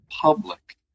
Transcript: public